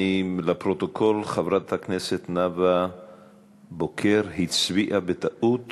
לפרוטוקול, חברת הכנסת נאוה בוקר הצביעה בטעות